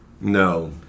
No